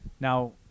Now